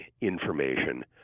information